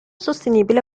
sostenibile